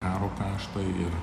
karo kaštai ir